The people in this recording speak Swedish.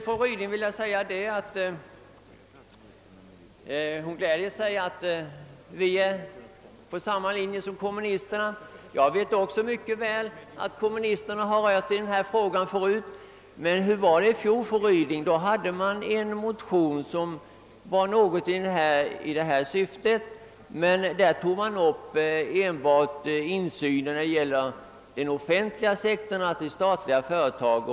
Fru Ryding anförde att hon gladde sig över att vi var på samma linje som kommunisterna. Jag vet också mycket väl att kommunisterna har tagit upp denna fråga förut, men hur var det i fjol, fru Ryding? Då hade det från kommunistiskt håll väckts en motion i ungefär samma syfte, men i den motionen togs enbart upp frågan om insynen i företag på den offentliga sektorn, alltså statliga företag.